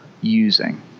using